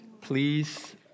Please